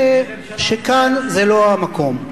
שכאן זה לא המקום.